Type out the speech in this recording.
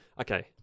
okay